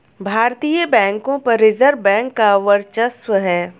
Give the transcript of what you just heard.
भारतीय बैंकों पर रिजर्व बैंक का वर्चस्व है